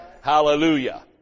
Hallelujah